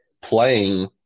playing –